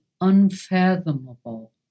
unfathomable